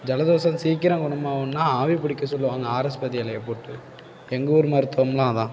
ஜலதோஷம் சீக்கரம் குணமாகணுனால் ஆவி பிடிக்க சொல்லுவாங்க ஆர்எஸ் பதி இலைய போட்டு எங்கூர் மருத்துவம்னால் அதுதான்